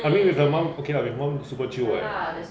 I mean with the mum okay lah with mum super chill [what]